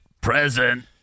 present